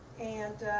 and